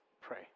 pray